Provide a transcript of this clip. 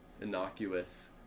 innocuous